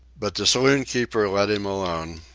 but the saloon-keeper let him alone,